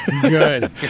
Good